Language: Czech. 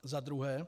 Za druhé.